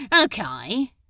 Okay